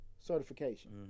certification